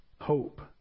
hope